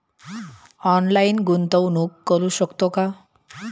Online गुंतवणूक करू शकतो का?